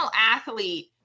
athlete